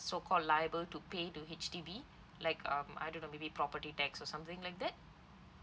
so called liable to pay to H_D_B like um I don't know maybe property tax or something like that